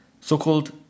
So-called